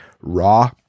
raw